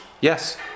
yes